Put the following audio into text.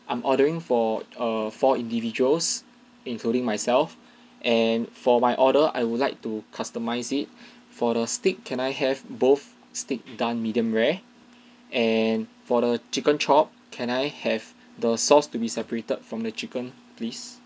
I'm ordering for err four individuals including myself and for my order I would like to customise it for the steak can I have both steak done medium rare and for the chicken chop can I have the sauce to be separated from the chicken please